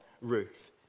Ruth